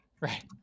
Right